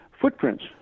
footprints